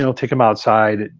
take them outside.